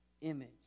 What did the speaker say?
image